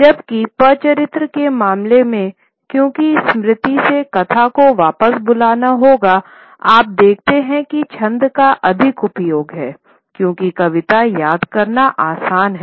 जबकि पचरित्र के मामले में क्योंकि स्मृति से कथा को वापस बुलाना होगा आप देखते हैं कि छंद का अधिक उपयोग है क्योंकि कविता याद करना आसान है